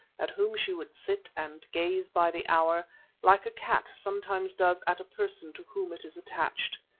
at whom she would sit and gaze by the hour like a cat sometimes does at a person to whom it is attached.